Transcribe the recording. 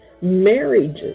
marriages